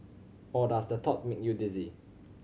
or does the thought make you dizzy